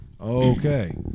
Okay